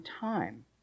time